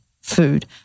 food